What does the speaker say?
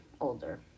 older